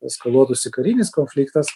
eskaluotųsi karinis konfliktas